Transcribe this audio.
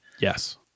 yes